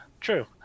true